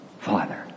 father